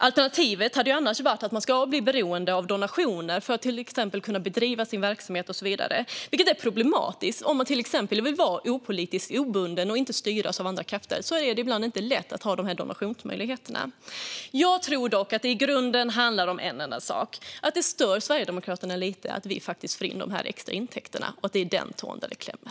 Alternativet hade annars varit att man skulle vara beroende av donationer för att kunna bedriva sin verksamhet och så vidare, vilket skulle kunna vara problematiskt. Om man till exempel vill vara opolitisk och obunden och inte vill styras av andra krafter är det inte alltid lätt med de här donationsmöjligheterna. Jag tror dock att det i grunden handlar om en enda sak: Det stör Sverigedemokraterna lite att vi faktiskt får in de här extra intäkterna. Det är där skon klämmer.